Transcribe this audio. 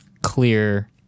clear